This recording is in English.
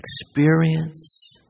experience